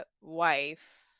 wife